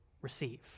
receive